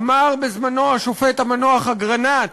אמר בזמנו השופט המנוח אגרנט